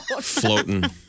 Floating